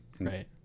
right